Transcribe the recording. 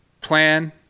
plan